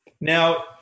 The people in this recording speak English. now